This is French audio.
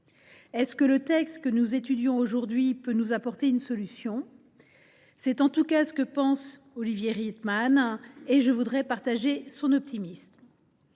votées. Le texte que nous étudions aujourd’hui peut il nous apporter une solution ? C’est en tout cas l’avis d’Olivier Rietmann, et je voudrais partager son optimisme.